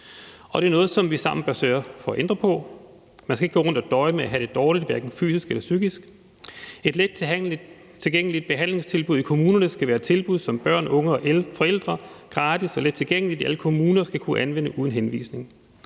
det er noget, vi sammen bør sørge for at ændre på. Man skal ikke gå rundt og døje med at have det dårligt, og det gælder både fysisk og psykisk. Et lettilgængeligt behandlingstilbud i kommunerne skal være et tilbud, som børn og unge og forældre gratis og lettilgængeligt i alle kommuner skal kunne anvende uden henvisning.